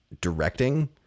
directing